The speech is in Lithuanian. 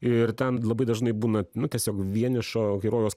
ir ten labai dažnai būna nu tiesiog vienišo herojaus